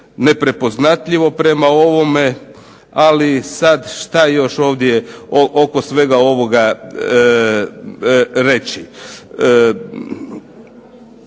neprepoznatljivo prema ovome. Ali sad šta još ovdje oko svega ovoga reći?